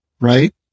right